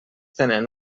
tenen